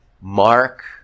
Mark